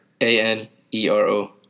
A-N-E-R-O